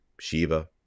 Shiva